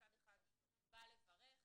מצד אחד בא לברך,